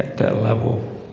that level